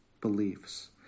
beliefs